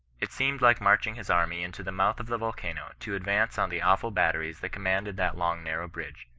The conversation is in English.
it seemed like marching his army into the mouth of the volcano to advance on the awful batteries that commanded that long narrow bridge.